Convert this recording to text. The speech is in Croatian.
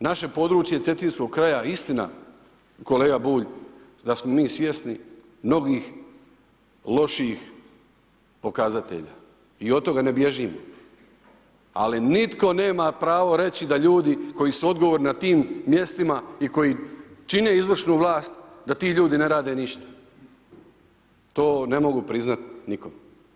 Znači naše područje cetinskog kraja, istina, kolega Bulj da smo mi svjesni mnogih loših pokazatelja i od toga ne bježimo ali nitko nema pravo reći da ljudi koji su odgovorni na tim mjestima i koji čine izvršnu vlast, da ti ljudi ne rade ništa. to ne mogu priznati nikome.